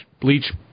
bleach